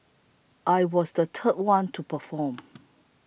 I was the third one to perform